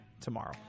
tomorrow